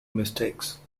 mistakes